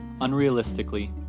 Unrealistically